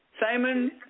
Simon